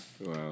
Wow